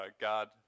God